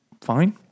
fine